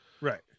right